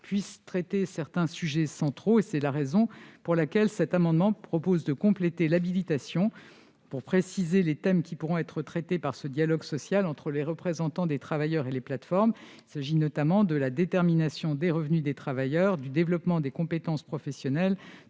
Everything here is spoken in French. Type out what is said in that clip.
puisse traiter certains sujets centraux. C'est la raison pour laquelle l'amendement n° 17 propose de compléter l'habilitation pour préciser les thèmes qui pourront être traités par ce dialogue social entre les représentants des travailleurs et des plateformes : il s'agit notamment de la détermination des revenus des travailleurs, du développement des compétences professionnelles,